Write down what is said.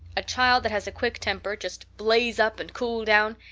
a child that has a quick temper, just blaze up and cool down,